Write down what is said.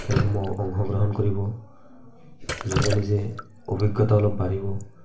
খেলসমূহত অংশগ্ৰহণ কৰিব নিজে নিজে অভিজ্ঞতা অলপ বাঢ়িব